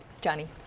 Johnny